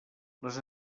les